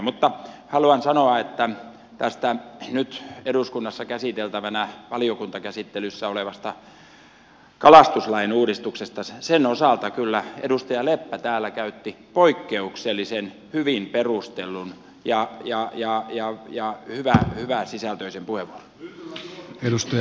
mutta haluan sanoa että tämän nyt eduskunnassa käsiteltävän valiokuntakäsittelyssä olevan kalastuslain uudistuksen osalta edustaja leppä täällä käytti kyllä poikkeuksellisen hyvin perustellun ja joo joo joo joo kyllä hyvää sisältö hyväsisältöisen puheenvuoron